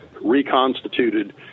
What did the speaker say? reconstituted